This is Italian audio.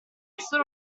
solo